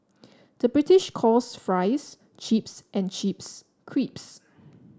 the British calls fries chips and chips crisps